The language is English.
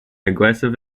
aggressive